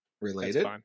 Related